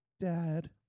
Dad